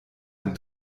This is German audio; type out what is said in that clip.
ein